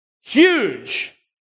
Huge